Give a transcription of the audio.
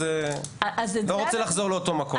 אז אני לא רוצה לחזור לאותו מקום.